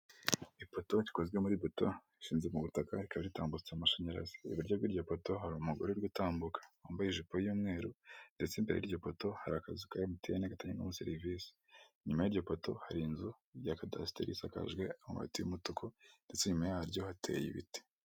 Ipoto rikozwe muri buto ishinze mu butaka rikaba ritambutsa amashanyarazi, iburyo bw'iryo poto hari umugore uri gutambuka wambaye ijipo y'umweru ndetse imbere y'iryo poto hari akazu kamute emutiyene gatangirwamo serivise, inyuma y'iryo poto hari inzu ya kadasiteri isakajwe amabati y'umutuku ndetse inyuma yaryo hateye ibiti.